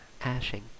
ashing